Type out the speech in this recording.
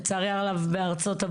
לצערי הרב בארה"ב,